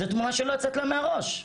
זאת תמונה שלא יוצאת להם מהראש.